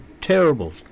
Terrible